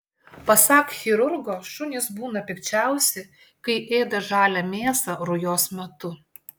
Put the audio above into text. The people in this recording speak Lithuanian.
pasak chirurgo šunys būna pikčiausi kai ėda žalią mėsą rujos metu